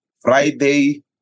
Friday